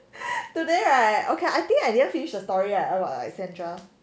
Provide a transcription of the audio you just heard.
today right okay I think I didn't finish the story right about sandra